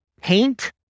Paint